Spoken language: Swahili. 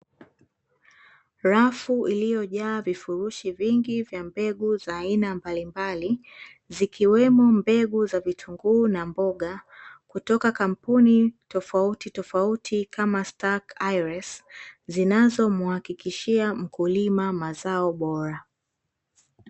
Rafu iliyojaa vifurushi vingi vya mbegu za aina mbalimbali, zikiwemo mbegu za vitunguu na mboga kutoka kampuni tofauti tofauti kama STARKE AYRES; zinazomhakikishia mkulima mazao bora.